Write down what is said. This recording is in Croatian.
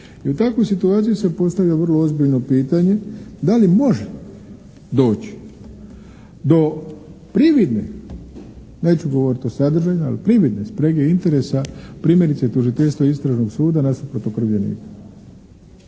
i u takvoj situaciji se postavlja vrlo ozbiljno pitanje da li može doći do prividne, neću govorit o sadržaju, al' prividne sprege i interesa primjerice tužiteljstva istražnog suda nasuprot okrivljeniku.